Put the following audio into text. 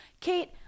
Kate